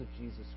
Jesus